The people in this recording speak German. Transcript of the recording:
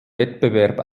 wettbewerb